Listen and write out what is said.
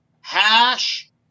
hash